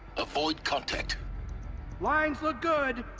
avoid contact lines look good!